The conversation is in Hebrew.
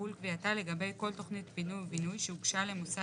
תחול קביעתה לגבי כל תכנית פינוי ובינוי שהוגשה למוסד